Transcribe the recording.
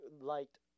liked